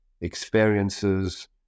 experiences